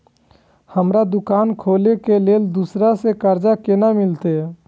हमरा दुकान खोले के लेल दूसरा से कर्जा केना मिलते?